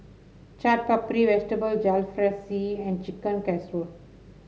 Chaat Papri Vegetable Jalfrezi and Chicken Casserole